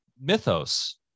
mythos